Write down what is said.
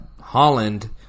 Holland